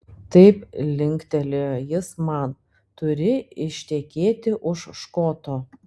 taip linktelėjo jis man turi ištekėti už škoto